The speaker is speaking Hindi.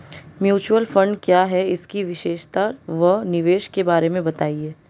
म्यूचुअल फंड क्या है इसकी विशेषता व निवेश के बारे में बताइये?